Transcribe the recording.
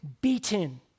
beaten